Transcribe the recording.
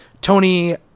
Tony